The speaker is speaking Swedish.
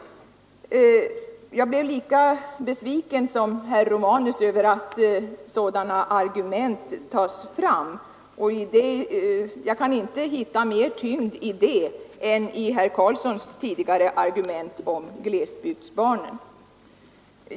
Jag blev liksom herr Romanus litet besviken över att sådana argument tagits fram. Jag kan inte hitta mer tyngd i det än i herr Karlssons i Huskvarna tidigare argument om glesbygdsbarnen.